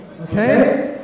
okay